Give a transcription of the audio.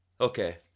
Okay